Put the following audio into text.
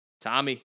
Tommy